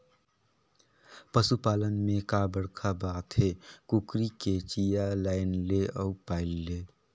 पसू पालन में का बड़खा बात हे, कुकरी के चिया लायन ले अउ पायल ले